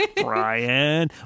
Brian